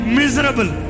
miserable